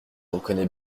reconnais